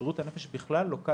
כשבריאות הנפש בכלל לוקה